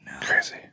Crazy